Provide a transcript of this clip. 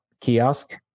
kiosk